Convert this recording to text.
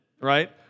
right